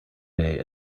day